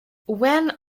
when